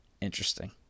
Interesting